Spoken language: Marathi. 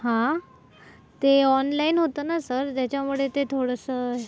हां ते ऑनलाईन होतं ना सर त्याच्यामुळे ते थोडंसं